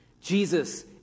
Jesus